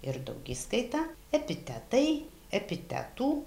ir daugiskaita epitetai epitetų